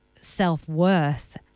self-worth